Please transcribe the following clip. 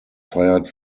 fired